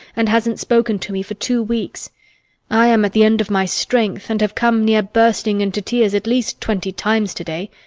and hasn't spoken to me for two weeks i am at the end of my strength, and have come near bursting into tears at least twenty times to-day.